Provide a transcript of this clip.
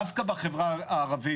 דווקא בחברה הערבית.